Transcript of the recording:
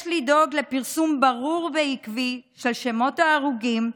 יש לדאוג לפרסום ברור ועקבי של שמות ההרוגים,